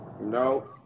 No